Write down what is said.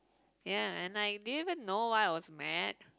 ya and like didn't even know why was mad